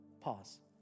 Pause